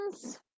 friends